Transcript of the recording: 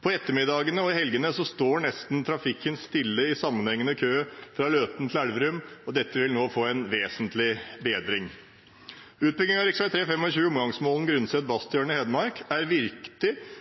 På ettermiddagene og i helgene står trafikken nesten stille i sammenhengende kø fra Løten til Elverum, og dette vil nå bli vesentlig bedret. Utbygging av